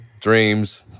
dreams